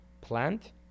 plant